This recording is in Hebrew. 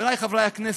חברי חברי הכנסת,